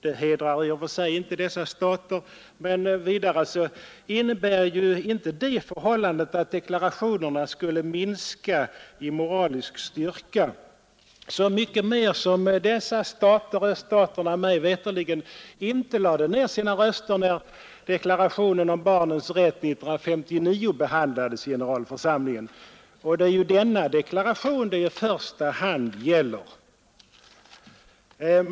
Det hedrar i och för sig inte dessa stater, och det innebär vidare inte det förhållandet att deklarationens moraliska styrka därigenom skulle minska, desto mer som öststaterna mig veterligen inte lade ned sina röster när deklarationen om barnens rätt 1959 behandlades i generalförsamlingen. Det är ju denna deklaration som det i första hand gäller.